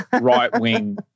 right-wing